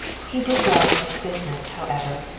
he did well in his business, however,